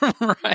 Right